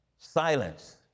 silence